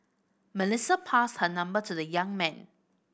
Melissa passed her number to the young man